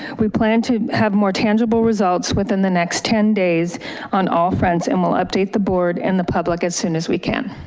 we plan to have more tangible results within the next ten days on all friends and we'll update the board and the public as soon as we can.